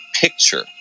picture